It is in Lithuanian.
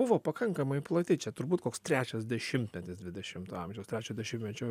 buvo pakankamai plati čia turbūt koks trečias dešimtmetis dvidešimto amžiaus trečio dešimtmečio